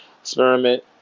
experiment